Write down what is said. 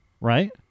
Right